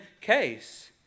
case